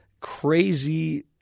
crazy